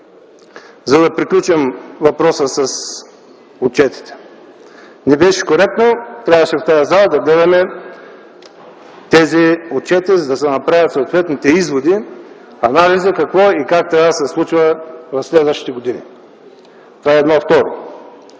г. Да приключим въпроса с отчетите. Не беше коректно. Трябваше в тази зала да гледаме тези отчети, за да се направят съответните изводи и анализи какво трябва да се случва в следващите години. Второ,